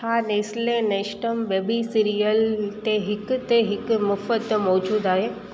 छा Nestle Nestum baby cereal ते हिक ते हिक मुफ़्त मौजूदु आहे